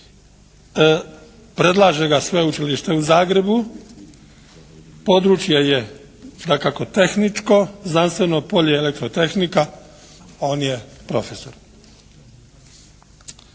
Predlaže ga Sveučilište u Zagrebu. Područje je dakako tehničko. Znanstveno polje elektrotehnika. On je profesor.